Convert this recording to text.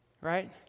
Right